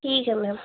ठीक है मैम